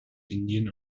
indien